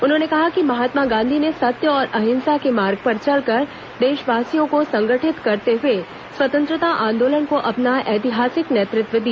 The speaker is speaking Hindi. उन्होंने कहा कि महात्मा गांधी ने सत्य और अहिंसा के मार्ग पर चलकर देशवासियों को संगठित करते हुए स्वतंत्रता आंदोलन को अपना ऐतिहासिक नेतृत्व दिया